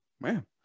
Man